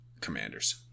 commanders